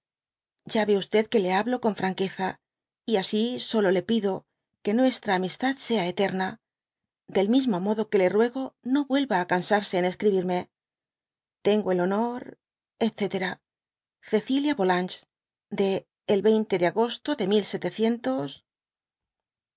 ya y que le hablo con franqueza y asi solo le pido que nuestra amistad sea eterna del mismo modo que le ruego no vuelva d cansarse en escribirme tengo el honor etc cecilia yolanges de el de agosto de